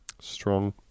Strong